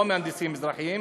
לא מהנדסים אזרחיים